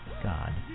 God